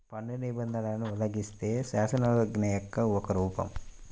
పన్ను నిబంధనలను ఉల్లంఘిస్తే, శాసనోల్లంఘన యొక్క ఒక రూపం